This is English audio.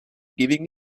giving